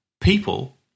people